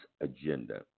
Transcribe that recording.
agenda